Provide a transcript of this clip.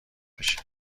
بشه